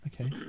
Okay